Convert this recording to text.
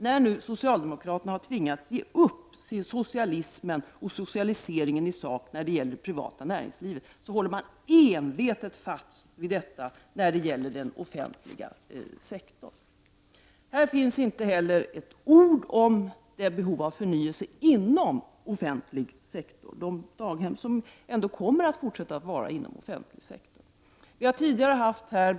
När nu socialdemokraterna har tvingats ge upp socialismen och socialiseringen i sak av det privata näringslivet, håller man envetet fast vid detta när det gäller den offentliga sektorn. Här finns inte heller ett ord om det behov av förnyelse som finns inom offentlig sektor, som gäller de daghem som även i fortsättningen kommer att finnas inom den offentliga sektorn.